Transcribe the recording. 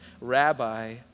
Rabbi